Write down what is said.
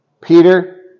Peter